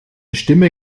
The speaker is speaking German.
stimme